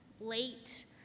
late